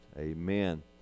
amen